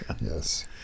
Yes